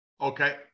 Okay